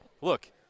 Look